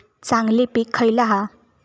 चांगली पीक खयला हा?